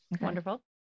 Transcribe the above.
wonderful